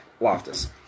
Loftus